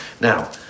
Now